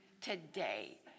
Today